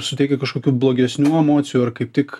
suteikia kažkokių blogesnių emocijų ar kaip tik